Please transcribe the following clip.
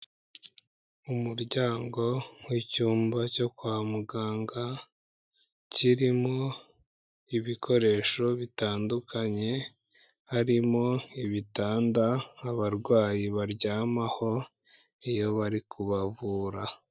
Umuryango w'icyumba cyo kwa muganga, kirimo ibikoresho bitandukanye, harimo ibitanda abarwayi baryamaho iyo bari kubavura.